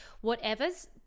whatever's